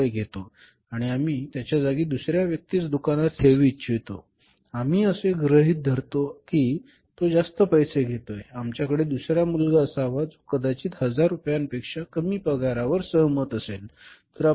1000 घेतो आणि आम्ही त्याच्या जागी दुसर्या व्यक्तीस दुकानात ठेवू इच्छितो आम्ही असे गृहीत धरतो की तो जास्त पैसे घेतो आमच्याकडे दुसरा मुलगा असावा जो कदाचित 1000 रुपयांपेक्षा कमी पगारावर सहमत असेल